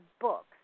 books